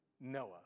Noah